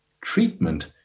treatment